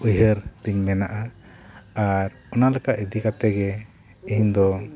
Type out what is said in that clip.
ᱩᱭᱦᱟᱹᱨ ᱛᱤᱧ ᱢᱮᱱᱟᱜᱼᱟ ᱟᱨ ᱚᱱᱟ ᱞᱮᱠᱟ ᱤᱫᱤ ᱠᱟᱛᱮ ᱜᱮ ᱤᱧ ᱫᱚ